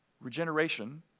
Regeneration